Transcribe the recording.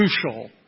crucial